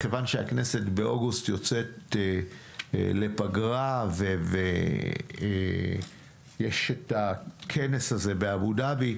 כיוון שהכנסת באוגוסט יוצאת לפגרה ויש את הכנס הזה באבו-דאבי,